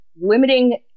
limiting